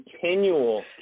continual